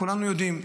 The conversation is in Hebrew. כולנו יודעים,